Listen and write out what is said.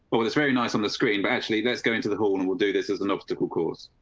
well, that's very nice on the screen, but actually, let's go into the hall and will do this as an obstacle course.